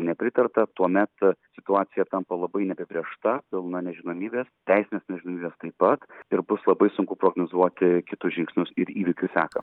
nepritarta tuomet situacija tampa labai neapibrėžta pilna nežinomybės teisinės nežinomybės taip pat ir bus labai sunku prognozuoti kitus žingsnius ir įvykių seką